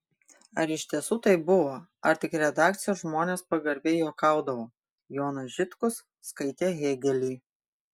ar iš tiesų taip buvo ar tik redakcijos žmonės pagarbiai juokaudavo jonas žitkus skaitė hėgelį